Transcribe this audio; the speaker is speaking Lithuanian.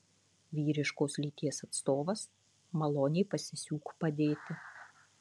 vyriškos lyties atstovas maloniai pasisiūk padėti